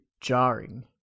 jarring